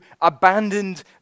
abandoned